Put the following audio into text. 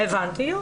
הבנתי.